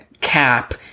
cap